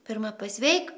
pirma pasveik